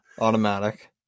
Automatic